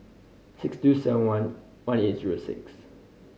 six two seven one one eight zero six